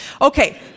Okay